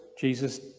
Jesus